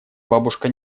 бабушка